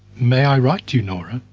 may i write to you, nora?